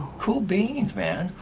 cool beans, man.